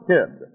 Kid